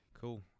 Cool